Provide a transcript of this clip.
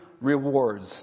rewards